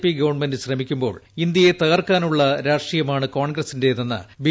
P government ശ്രമിക്കുമ്പോൾ ഇന്ത്യയെ തകർക്കാനുള്ള രാഷ്ട്രീയമാണ് കോൺഗ്രസ്സിന്റേതെന്ന് ബി